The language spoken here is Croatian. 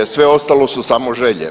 Sve ostalo su samo želje.